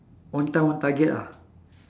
own time own target ah